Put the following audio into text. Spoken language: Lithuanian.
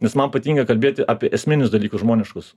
nes man patinka kalbėti apie esminius dalykus žmoniškus